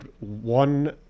one